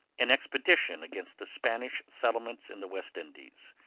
an expedition against the spanish settlements in the west indies,